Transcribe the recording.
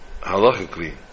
halachically